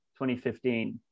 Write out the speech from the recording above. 2015